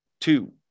two